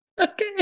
Okay